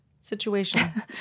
situation